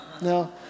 No